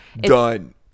Done